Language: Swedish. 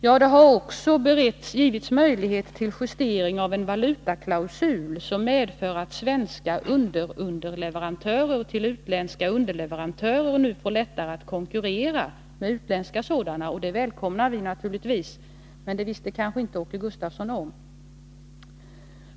Ja, det har också getts möjlighet till justering av en valutaklausul som medför att svenska underunderleverantörer till utländska underleverantörer nu får lättare att konkurrera med utländska sådana, och det välkomnar vi naturligtvis — men det visste kanske inte Åke Gustavsson?